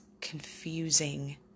confusing